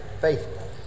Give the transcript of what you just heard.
Faithful